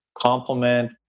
complement